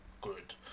good